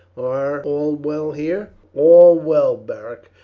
are all well here? all well, beric.